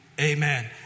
Amen